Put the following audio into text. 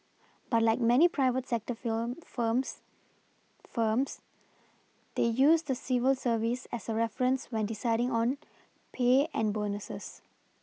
but like many private sector firms firms they use the civil service as a reference when deciding on pay and bonuses